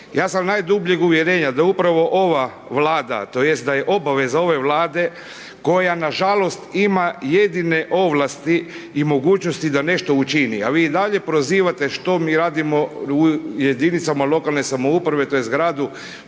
Ja sam najdubljeg uvjerenja da upravo ova Vlada tj. da je obaveza ove Vlade koja nažalost ima jedine ovlasti i mogućnosti da nešto učini a vi i dalje prozivate što mi radimo u jedinicama lokalne samouprave tj. gradu